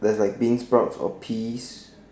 that's like bean sprouts or peas